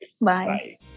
bye